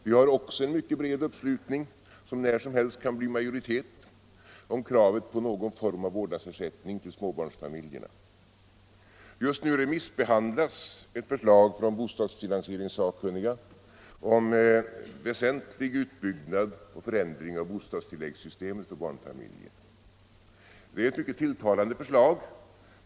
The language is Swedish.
Vi har också en mycket stor uppslutning, som när som helst kan bli majoritet, om kravet på någon form av vårdnadsersättning för småbarnsfamiljerna. Just nu remissbehandlas ett förslag från bostadsfinansieringssakkunniga om väsentlig utbyggnad och förändring av bostadstilläggssystemet för barnfamiljerna. Det är ett mycket tilltalande förslag.